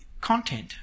content